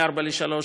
מ-4 ל-3,